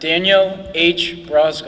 danielle h ross